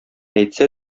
әйтсә